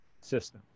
system